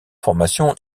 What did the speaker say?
formations